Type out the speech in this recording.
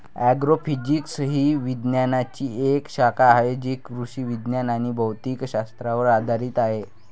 agrophysics ही विज्ञानाची एक शाखा आहे जी कृषी विज्ञान आणि भौतिक शास्त्रावर आधारित आहे